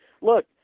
look